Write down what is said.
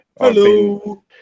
Hello